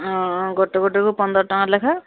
ହଁ ଗୋଟେ ଗୋଟେକୁ ପନ୍ଦର ଟଙ୍କା ଲେଖା